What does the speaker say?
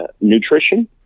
nutrition